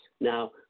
Now